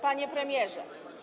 Panie Premierze!